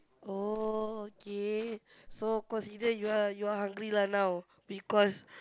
oh okay so consider you are you are hungry lah now because